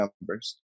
numbers